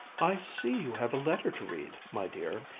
i see you have a letter to read, my dear,